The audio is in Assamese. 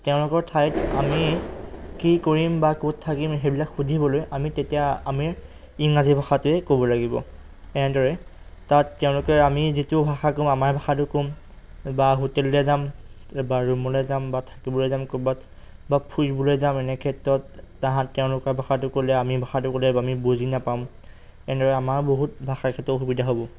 তেওঁলোকৰ ঠাইত আমি কি কৰিম বা ক'ত থাকিম সেইবিলাক সুধিবলৈ আমি তেতিয়া আমি ইংৰাজী ভাষাটোৱে ক'ব লাগিব এনেদৰে তাত তেওঁলোকে আমি যিটো ভাষা কম আমাৰ ভাষাটো কম বা হোটেললৈ যাম বা ৰুমলৈ যাম বা থাকিবলৈ যাম ক'ৰবাত বা ফুৰিবলৈ যাম এনে ক্ষেত্ৰত তেহেঁতক তেওঁলোকৰ ভাষাটো ক'লে আমি ভাষাটো ক'লে বা আমি বুজি নাপাম এনেদৰে আমাৰ বহুত ভাষাৰ ক্ষেত্ৰতো অসুবিধা হ'ব